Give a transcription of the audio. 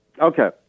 Okay